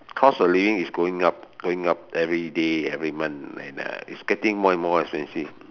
cost of living is going up going up every day every month and uh it's getting more and more expensive